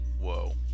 Whoa